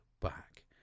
back